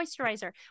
Moisturizer